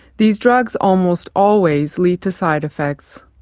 these drugs almost always lead to side effects.